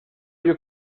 you